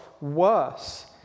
worse